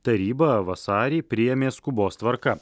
taryba vasarį priėmė skubos tvarka